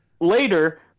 later